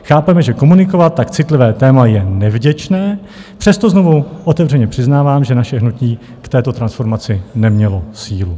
Chápeme, že komunikovat tak citlivé téma je nevděčné, přesto znovu otevřeně přiznávám, že naše hnutí k této transformaci nemělo sílu.